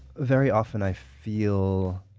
very often i feel